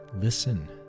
Listen